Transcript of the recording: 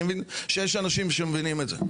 אני מבין שיש אנשים שמבינים את זה.